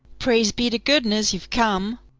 praise be to goodness you've come,